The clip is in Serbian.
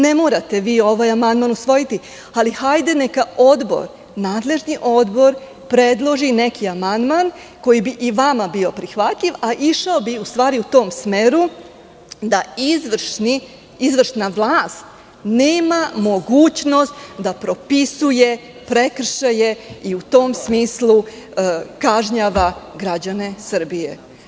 Ne morati vi ovaj amandman usvojiti, ali hajde neka nadležni odbor predloži neki amandman koji bi i vama bio prihvatljiv, a u stvari, išao bi u tom smeru da izvršna vlast nema mogućnost da propisuje prekršaje i u tom smislu kažnjava građane Srbije.